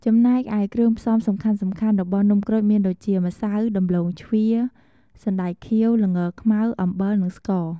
ចំណែកឯគ្រឿងផ្សំសំខាន់ៗរបស់នំក្រូចមានដូចជា ម្សៅ ដំឡូងជ្វា សណ្ដែកខៀវ ល្ងខ្មៅ អំបិល និងស្ករ។